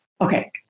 okay